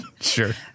Sure